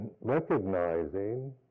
recognizing